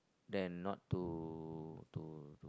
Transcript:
than not to to